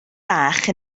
bach